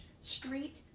Street